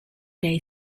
day